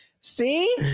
See